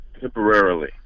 temporarily